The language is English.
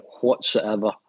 whatsoever